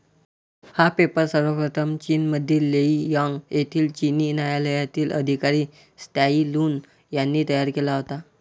हा पेपर सर्वप्रथम चीनमधील लेई यांग येथील चिनी न्यायालयातील अधिकारी त्साई लुन यांनी तयार केला होता